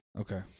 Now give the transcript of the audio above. Okay